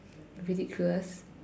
ridiculous